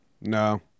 No